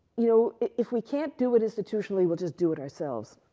you know, if we can't do it institutionally, we'll just do it ourselves.